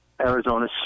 Arizona